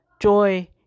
joy